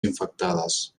infectades